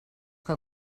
que